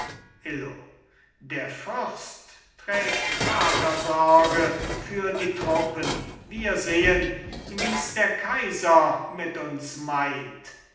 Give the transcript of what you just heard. illo der fürst trägt vatersorge für die truppen wir sehen wie's der kaiser mit uns meint